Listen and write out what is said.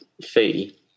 fee